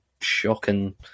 shocking